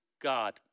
God